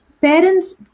parents